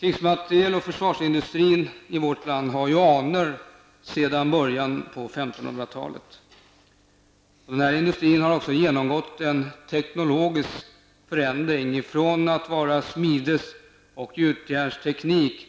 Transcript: Krigsmateriel och försvarsmaterielindustrin har i vårt land anor sedan början av 1500-talet. Den här industrin har också genomgått en teknologisk förändring, från att vara smides och gjutjärnsteknik